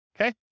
okay